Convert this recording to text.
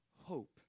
hope